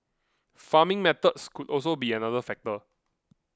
farming methods could also be another factor